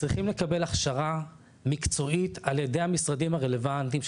צריכים לקבל הכשרה מקצועית על ידי המשרדים הרלוונטיים,